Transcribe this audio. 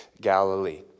Galilee